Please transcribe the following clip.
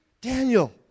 Daniel